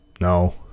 No